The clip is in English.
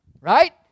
Right